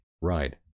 Right